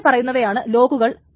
താഴെ പറയുന്നവയാണ് ലോക്കുകൾ